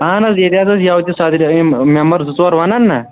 اَہَن حظ ییٚتہِ حظ یوٕ تہِ ثٲبِت یِم میٚمبر زٕ ژور ونن نا